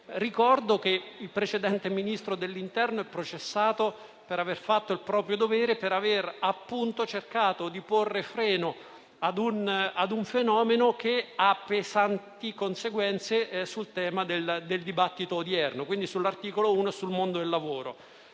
Ricordo che il precedente Ministro dell'interno è processato per aver fatto il proprio dovere e per aver cercato di porre freno a un fenomeno che ha pesanti conseguenze sul dibattito odierno, quindi sull'articolo 1 e sul mondo del lavoro.